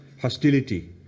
hostility